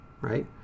right